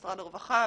משרד הרווחה,